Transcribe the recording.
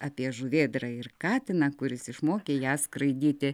apie žuvėdrą ir katiną kuris išmokė ją skraidyti